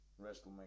Wrestlemania